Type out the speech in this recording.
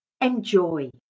Enjoy